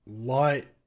light